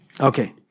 okay